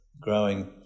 growing